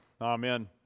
Amen